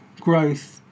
growth